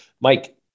Mike